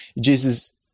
Jesus